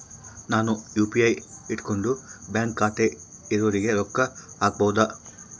ನಾನು ಯು.ಪಿ.ಐ ಇಟ್ಕೊಂಡು ಬ್ಯಾಂಕ್ ಖಾತೆ ಇರೊರಿಗೆ ರೊಕ್ಕ ಹಾಕಬಹುದಾ?